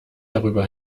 darüber